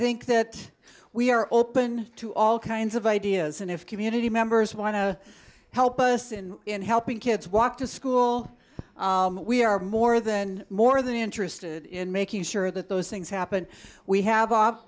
think that we are open to all kinds of ideas and if community members want to help us in in helping kids walk to school we are more than more than interested in making sure that those things happen we